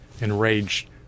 enraged